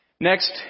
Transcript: Next